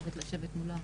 באוכלוסייה הבדואית,